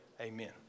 Amen